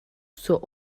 zur